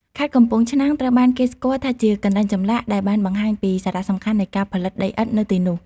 ខេត្តកំពង់ឆ្នាំងត្រូវបានគេស្គាល់ថាជាកន្លែងចម្លាក់ ដែលបានបង្ហាញពីសារៈសំខាន់នៃការផលិតដីឥដ្ឋនៅទីនោះ។